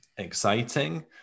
exciting